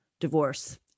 divorce